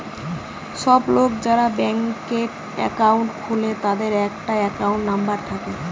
সব লোক যারা ব্যাংকে একাউন্ট খুলে তাদের একটা একাউন্ট নাম্বার থাকে